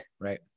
right